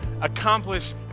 accomplish